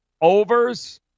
overs